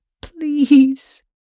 please